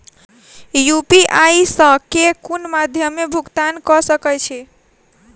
UPI सऽ केँ कुन मध्यमे मे भुगतान कऽ सकय छी?